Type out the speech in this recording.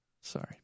Sorry